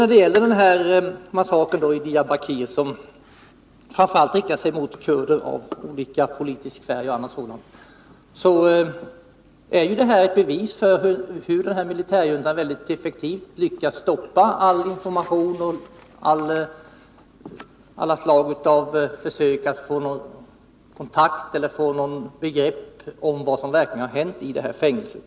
När det gäller massakern i Diyarbakir, som framför allt riktade sig mot kurder av olika politiska färg o. d., så är den ett bevis för hur militärjuntan väldigt effektivt lyckas stoppa all information och alla försök att få någon kontakt med människor i fängelset eller få något begrepp om vad som verkligen har hänt i det här fängelset.